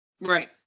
Right